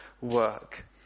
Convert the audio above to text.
work